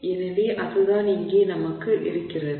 எனவே அதுதான் இங்கே நமக்கு இருக்கிறது